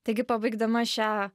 taigi pabaigdama šią